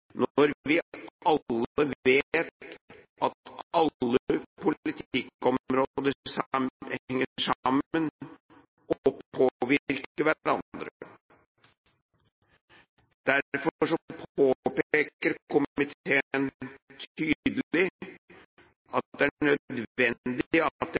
når vi alle vet at alle politikkområder henger sammen og påvirker hverandre. Derfor påpeker komiteen tydelig